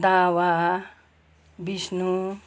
Dawa Bishnu